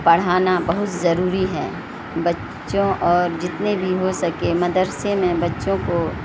پڑھانا بہت ضروری ہے بچوں اور جتنے بھی ہو سکے مدرسے میں بچوں کو